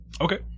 Okay